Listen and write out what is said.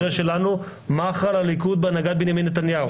למשל במקרה שלנו: מח"ל הליכוד בהנהגת בנימין נתניהו.